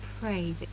pray